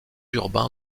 urbain